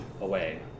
away